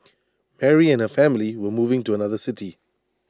Mary and her family were moving to another city